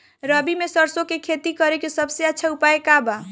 रबी में सरसो के खेती करे के सबसे अच्छा उपाय का बा?